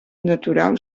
natural